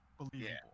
believable